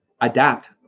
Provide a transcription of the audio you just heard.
Adapt